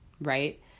right